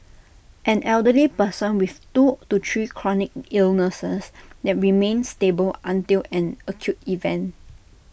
an elderly person with two to three chronic illnesses that remain stable until an acute event